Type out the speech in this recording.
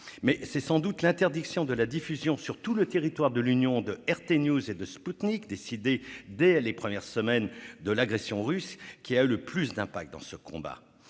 c'est sans doute l'interdiction de la diffusion sur tout le territoire de l'Union de RT News et de Sputnik, décidée dès les premières semaines de l'agression russe, qui a eu le plus d'impact dans ce combat.